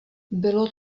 bylo